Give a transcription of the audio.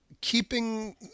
keeping